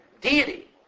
deity